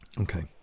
Okay